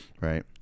right